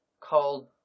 called